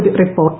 ഒരു റിപ്പോർട്ട്